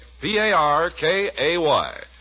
P-A-R-K-A-Y